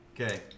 Okay